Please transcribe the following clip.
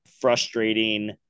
frustrating